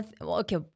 okay